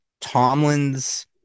Tomlin's